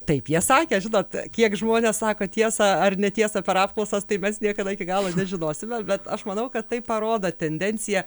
taip jie sakė žinot kiek žmonės sako tiesą ar netiesą per apklausas tai mes niekada iki galo nežinosime bet aš manau kad tai parodo tendenciją